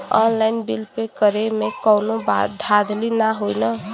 Online bill pay करे में कौनो धांधली ना होई ना?